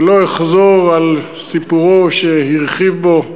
לא אחזור על סיפורו, שהרחיב בו,